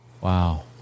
Wow